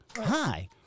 Hi